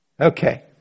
Okay